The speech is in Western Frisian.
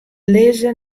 lizze